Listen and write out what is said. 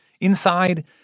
Inside